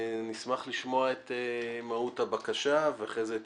נשמח לשמוע את מהות הבקשה ואחרי זה את